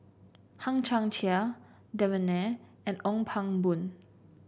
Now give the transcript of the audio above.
Hang Chang Chieh Devan Nair and Ong Pang Boon